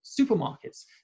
supermarkets